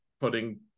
putting